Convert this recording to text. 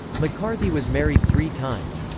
mccarthy was married three times.